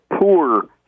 poor